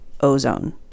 ozone